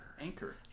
Anchor